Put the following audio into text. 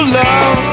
love